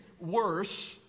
worse